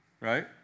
right